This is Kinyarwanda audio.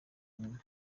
nyuma